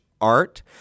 art